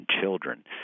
children